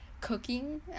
cooking